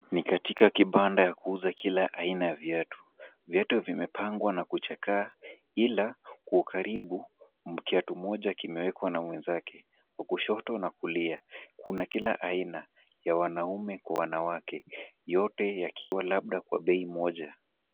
Ni katika kibanda ya kuuza kila aina ya viatu. Viatu vimepangwa na kuchakaa ila kwa ukaribu, kiatu moja kimeekwa na mwenzake. Kwa kushoto na kulia, kuna kila aina ya wanaume kwa wanawake, yote yakiwa labda kwa bei moja.